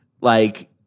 like-